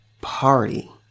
Party